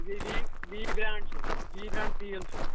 بِیٚیہِ V V brand چھُ V brand تیٖل چھُ